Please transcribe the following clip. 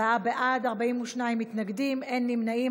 24 בעד, 42 מתנגדים, אין נמנעים.